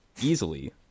easily